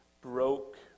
broke